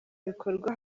bikorwa